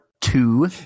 two